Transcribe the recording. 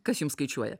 kas jum skaičiuoja